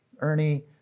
Ernie